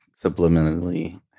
subliminally